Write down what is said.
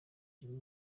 jimmy